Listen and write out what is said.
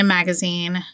magazine